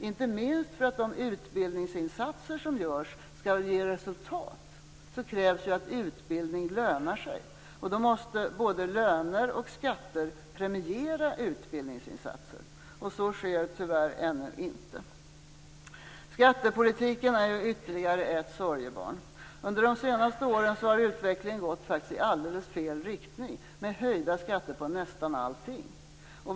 Inte minst för att de utbildningsinsatser som görs skall ge resultat krävs det att utbildning lönar sig. Då måste både löner och skatter premiera utbildningsinsatser. Så sker tyvärr ännu inte. Skattepolitiken är ytterligare ett sorgebarn. Under de senaste åren har utvecklingen faktiskt gått i alldeles fel riktning, med höjda skatter på nästan allting.